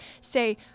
say